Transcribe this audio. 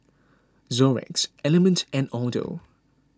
Xorex Element and Aldo